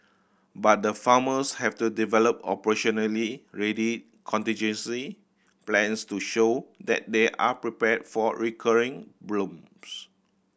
but the farmers have to develop operationally ready contingency plans to show that they are prepared for recurring blooms